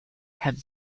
have